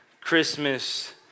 Christmas